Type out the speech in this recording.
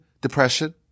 depression